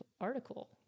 article